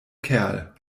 kerl